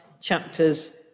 chapters